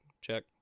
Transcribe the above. check